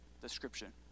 description